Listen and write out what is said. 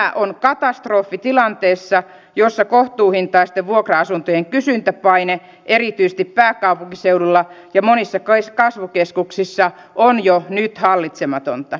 tämä on katastrofi tilanteessa jossa kohtuuhintaisten vuokra asuntojen kysyntäpaine erityisesti pääkaupunkiseudulla ja monissa kasvukeskuksissa on jo nyt hallitsematonta